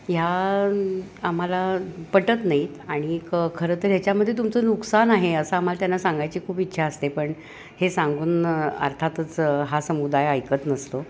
ह्या आम्हाला पटत नाही आहेत आणि खरं तर ह्याच्यामध्ये तुमचं नुकसान आहे असं आम्हाला त्यांना सांगायची खूप इच्छा असते पण हे सांगून अर्थातच हा समुदाय ऐकत नसतो